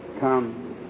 come